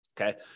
Okay